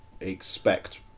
expect